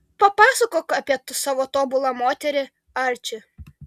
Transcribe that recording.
papasakok apie savo tobulą moterį arči